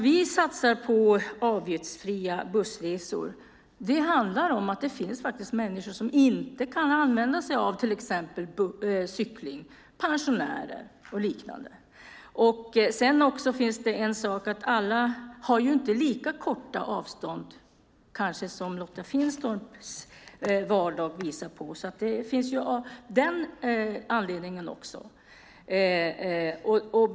Vi satsar på avgiftsfria bussresor eftersom det finns människor som inte kan använda cykel, till exempel pensionärer. Det är ju inte alla som har lika korta avstånd som Lotta Finstorp i sin vardag.